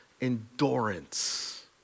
endurance